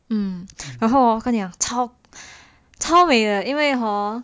hmm 然后 hor 我跟你讲超超美的因为 hor